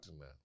now